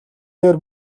дээр